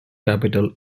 capital